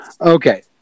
Okay